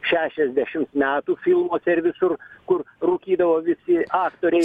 šešiasdešims metų filmuose ir visur kur rūkydavo visi aktoriai